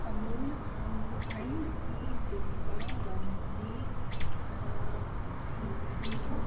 अमूल आम्रखंड की डिब्बाबंदी खराब थी